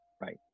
Right